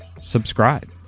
subscribe